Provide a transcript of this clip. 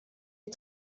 est